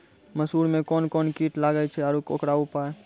मसूर मे कोन कोन कीट लागेय छैय आरु उकरो उपाय?